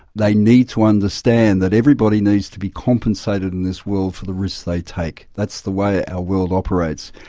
they need to understand that everybody needs to be compensated in this world for the risks they take. that's the way our world operates.